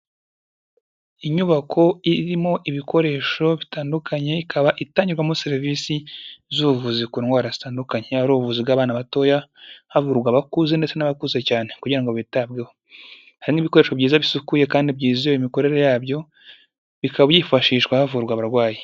Inyubako irimo ibikoresho bitandukanye ikaba itangirwamo serivisi z'ubuvuzi ku ndwara zitandukanye. Haba ubuvuzi bw'abana batoya, havurwa abakuze ndetse n'abakuze cyane kugira bitabweho. Hari n'ibikoresho byiza bisukuye kandi byuzewe imikorere yabyo, bikaba byifashishwa havurwa abarwayi.